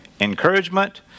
encouragement